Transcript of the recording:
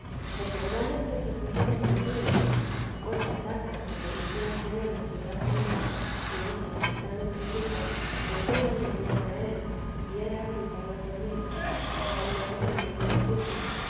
porque en grandes persecuciones que tuve y cosas hartas que permitía el señor me juzgasen mal y muchas estando sin culpa con todo venían a él y era culpado por mí estando él sin ninguna culpa